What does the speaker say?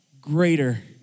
greater